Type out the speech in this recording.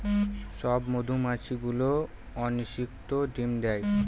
সব মধুমাছি গুলো অনিষিক্ত ডিম দেয়